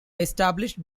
established